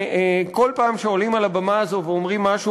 כל פעם שעולים על הבמה הזאת ואומרים משהו